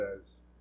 says